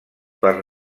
per